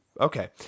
okay